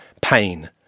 pain